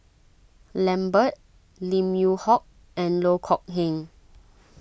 Lambert Lim Yew Hock and Loh Kok Heng